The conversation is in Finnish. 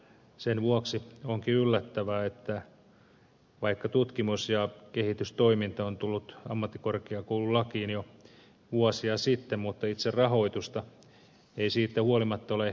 sen vuoksi onkin yllättävää että vaikka tutkimus ja kehitystoiminta on tullut ammattikorkeakoululakiin jo vuosia sitten ei itse rahoitusta siitä huolimatta ole järjestynyt